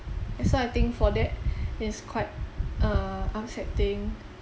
that's why I think for that it's quite err upsetting